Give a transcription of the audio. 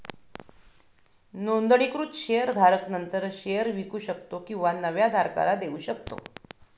नोंदणीकृत शेअर धारक नंतर शेअर विकू शकतो किंवा नव्या धारकाला देऊ शकतो